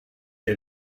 que